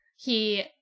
he-